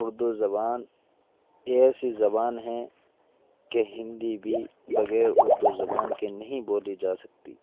اردو زبان یہ ایسی زبان ہیں کہ ہندی بھی بغیر اردو زبان کے نہیں بولی جا سکتی